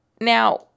Now